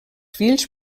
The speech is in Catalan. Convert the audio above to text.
fills